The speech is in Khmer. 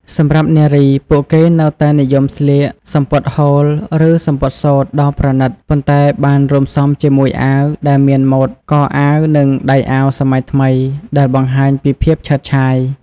សម្រាប់នារី ពួកគេនៅតែនិយមស្លៀក សំពត់ហូល ឬសំពត់សូត្រ ដ៏ប្រណីត ប៉ុន្តែបានរួមផ្សំជាមួយអាវដែលមានម៉ូដកអាវ និងដៃអាវសម័យថ្មី ដែលបង្ហាញពីភាពឆើតឆាយ។